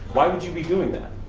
why would you be doing that?